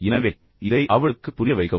எனவே இதை அவளுக்கு புரிய வைக்கவும்